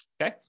okay